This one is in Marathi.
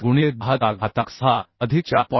67 गुणिले 10 चा घातांक 6 अधिक 4